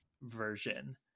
version